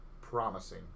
promising